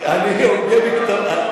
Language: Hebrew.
אני הוגה בכתביו.